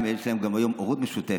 יש להם היום גם הורות משותפת,